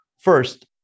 first